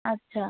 আচ্ছা